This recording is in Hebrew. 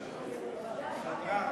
כנוסח הוועדה?